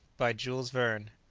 by jules verne.